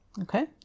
Okay